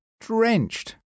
drenched